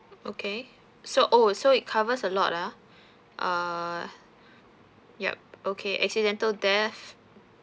okay so oh so it covers a lot ah err yup okay accidental death